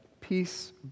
Peace